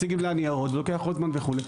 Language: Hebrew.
מציגים לה ניירות, זה לוקח עוד זמן וכו'.